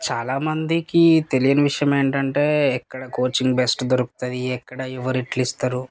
చాలా మందికి తెలియని విషయం ఏంటంటే ఎక్కడ కోచింగ్ బెస్ట్ దొరుకుతుంది ఎక్కడ ఎవరు ఎట్ల ఇస్తారు